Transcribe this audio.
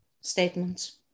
statements